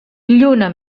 lluna